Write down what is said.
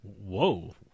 Whoa